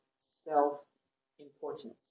self-importance